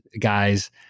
guys